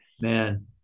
Man